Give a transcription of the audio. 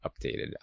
updated